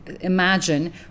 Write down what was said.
imagine